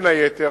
בין היתר,